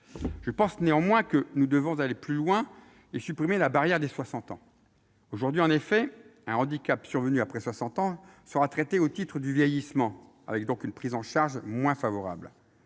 Je pense néanmoins que nous devons aller plus loin en supprimant la barrière des 60 ans. Aujourd'hui, en effet, un handicap survenu après 60 ans sera traité au titre du vieillissement, donc avec une prise en charge moins favorable.